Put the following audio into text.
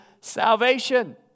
salvation